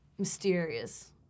mysterious